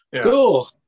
cool